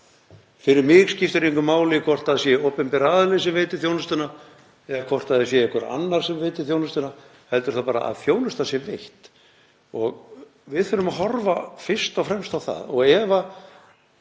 ber. Það skiptir mig engu máli hvort það er opinber aðili sem veitir þjónustuna eða hvort það er einhver annar sem veitir þjónustuna heldur bara að þjónustan sé veitt. Við þurfum að horfa fyrst og fremst á það.